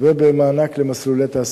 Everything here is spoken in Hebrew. ובמענק למסלולי תעסוקה.